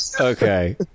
Okay